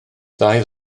ddau